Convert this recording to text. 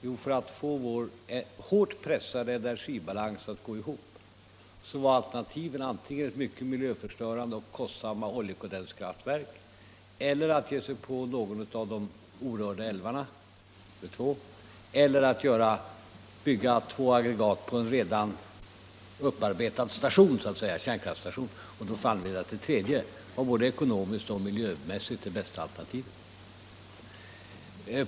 Jo, för att få vår hårt pressade energibalans att gå ihop var alternativen antingen mycket miljöförstörande och kostsamma oljekondenskraftverk eller att ge sig på några av de orörda älvarna eller att bygga två aggregat på en redan upparbetad kärnkraftsstation. Och då fann vi att det tredje alternativet var det både ekonomiskt och miljömässigt bästa.